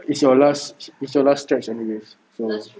is your last is your last stretch anyways